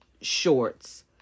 shorts